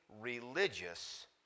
religious